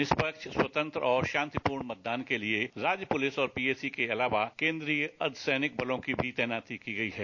निष्पक्ष स्वतंत्र और शांतिपूर्ण मतदान के लिए राज्य पुलिस और पीएसी के अलावा केंद्रीय अर्धसैनिक बलों की भी तैनाती की गई है